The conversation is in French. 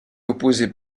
opposée